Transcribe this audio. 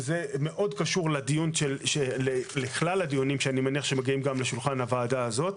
וזה מאוד קשור לכלל הדיונים שאני מניח שמגיעים גם לשולחן הוועדה הזאת,